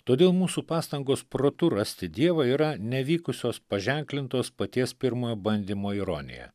todėl mūsų pastangos protu rasti dievą yra nevykusios paženklintos paties pirmojo bandymo ironija